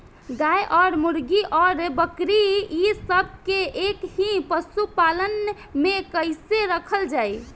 गाय और मुर्गी और बकरी ये सब के एक ही पशुपालन में कइसे रखल जाई?